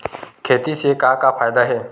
खेती से का का फ़ायदा हे?